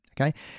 Okay